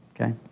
Okay